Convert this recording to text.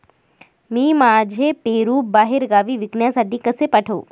मी माझे पेरू बाहेरगावी विकण्यासाठी कसे पाठवू?